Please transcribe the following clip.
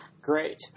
Great